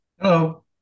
Hello